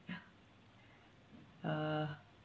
uh